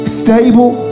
stable